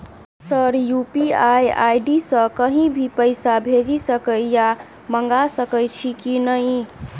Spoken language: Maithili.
सर यु.पी.आई आई.डी सँ कहि भी पैसा भेजि सकै या मंगा सकै छी की न ई?